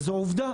וזו עובדה.